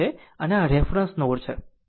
આમ i4 v2 by 5